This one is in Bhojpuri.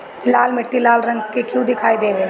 लाल मीट्टी लाल रंग का क्यो दीखाई देबे?